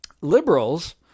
liberals